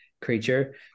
creature